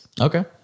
Okay